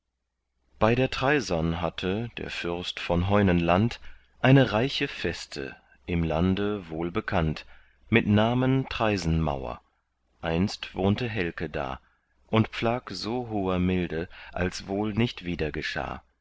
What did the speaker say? bei der traisem hatte der fürst von heunenland eine reiche feste im lande wohlbekannt mit namen traisenmauer einst wohnte helke da und pflag so hoher milde als wohl nicht wieder